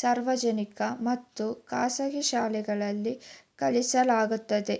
ಸಾರ್ವಜನಿಕ ಮತ್ತು ಖಾಸಗಿ ಶಾಲೆಗಳಲ್ಲಿ ಕಲಿಸಲಾಗ್ತದೆ